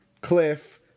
cliff